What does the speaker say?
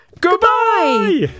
goodbye